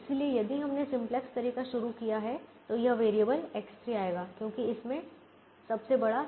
इसलिए यदि हमने सिंपलेक्स तरीका शुरू किया है तो यह वेरिएबल X3 आएगा क्योंकि इसमें सबसे बड़ा है